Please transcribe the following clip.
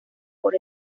por